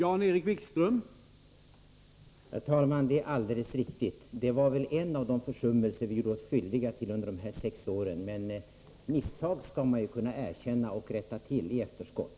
Herr talman! Det är alldeles riktigt. Detta var en av de försummelser vi gjorde oss skyldiga till under de här sex åren, men misstag skall man ju kunna erkänna och rätta till i efterskott.